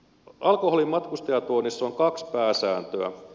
alkoholin matkustajatuonnissa on kaksi pääsääntöä